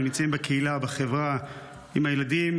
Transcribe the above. הם נמצאים בקהילה, בחברה, עם הילדים